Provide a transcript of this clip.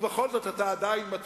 ובכל זאת אתה עדיין מצוי,